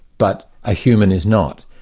but a human is not.